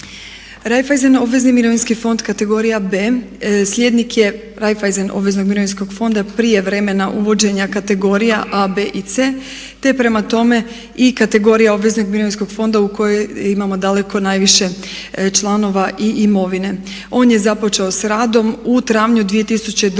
Reiffeisen obvezni mirovinski fond kategorija B slijednik je Reiffeisen obveznog mirovinskog fonda prije vremena uvođenja kategorija A, B i C, te prema tome i kategorija obveznog mirovinskog fonda u kojem imamo daleko najviše članova i imovine. On je započeo sa radom u travnju 2002.